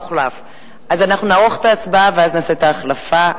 אנחנו נערוך את ההצבעה ואז נעשה את ההחלפה,